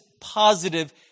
positive